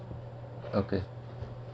okay